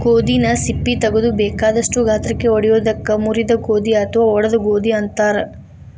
ಗೋಧಿನ ಸಿಪ್ಪಿ ತಗದು ಬೇಕಾದಷ್ಟ ಗಾತ್ರಕ್ಕ ಒಡಿಯೋದಕ್ಕ ಮುರಿದ ಗೋಧಿ ಅತ್ವಾ ಒಡದ ಗೋಧಿ ಅಂತಾರ